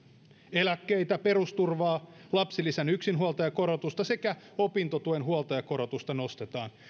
eläkkeitä perusturvaa lapsilisän yksinhuoltajakorotusta sekä opintotuen huoltajakorotusta nostetaan